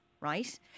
right